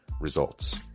results